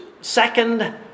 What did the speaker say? second